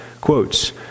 quotes